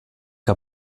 que